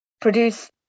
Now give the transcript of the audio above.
produce